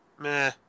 Meh